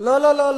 מילא אתה.